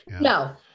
No